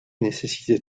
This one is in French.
nécessitait